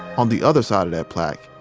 on the other side of that plaque,